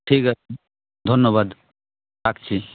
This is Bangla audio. ঠিক আছে ধন্যবাদ রাখছি